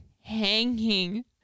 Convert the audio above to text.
hanging